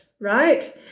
right